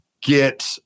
get